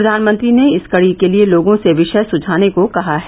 प्रधानमंत्री ने इस कडी के लिए लोगों से विषय सुझाने को कहा है